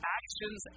actions